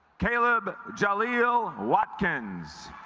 caleb jaleel watkins